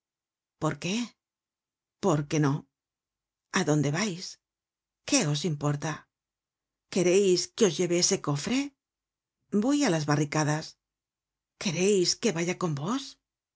por qué porque no a dónde vais qué os importa quereis que os lleve ese cofre voy á las barricadas quereis que vaya con vos